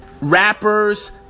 Rappers